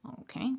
okay